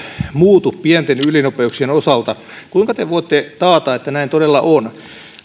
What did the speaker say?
muutu pienten ylinopeuksien osalta kuinka te voitte taata että näin todella on